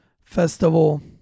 festival